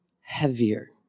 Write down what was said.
heavier